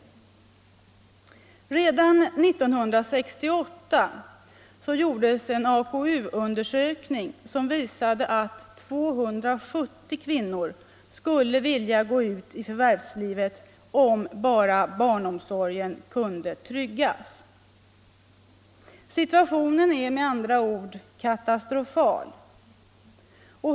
Redan 1968 gjordes en AKU-undersökning som visade att 270 000 kvinnor skulle vilja gå ut i förvärvslivet om bara barnomsorgen kunde tryggas. Situationen är med andra ord katastrofal.